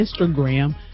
Instagram